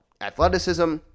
athleticism